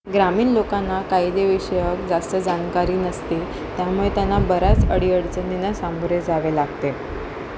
ग्रामीण लोकांना कायदेविषयक जास्त जाण नसते त्यामुळे त्यांना बऱ्याच अडीअडचणींना सामोरे जावे लागते